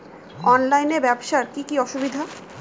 অনলাইনে ব্যবসার কি কি অসুবিধা?